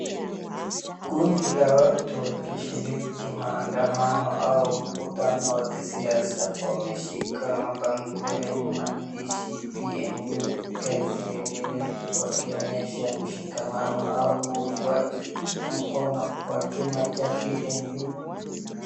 Kundi la watu wakishiriki maandamano au mkutano wa kisiasa wameshika mabango yenye maandishi PNU kazi iendelee wakionyesha mshikamano au uungwaji mkono kwa chama cha PNU.